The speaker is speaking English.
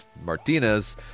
Martinez